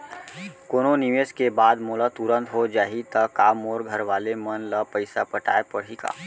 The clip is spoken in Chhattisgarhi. कोनो निवेश के बाद मोला तुरंत हो जाही ता का मोर घरवाले मन ला पइसा पटाय पड़ही का?